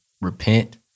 repent